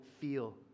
feel